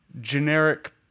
generic